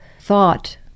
thought